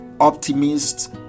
optimists